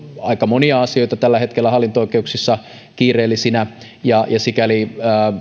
aika monia asioita tällä hetkellä hallinto oikeuksissa kiireellisinä ja sikäli